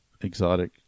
exotic